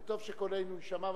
וטוב שקולנו יישמע.